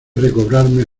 recobrarme